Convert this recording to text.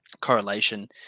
correlation